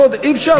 אי-אפשר,